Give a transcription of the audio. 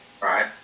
Right